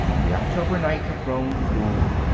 the october night had grown cool.